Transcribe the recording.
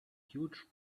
huge